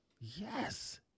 yes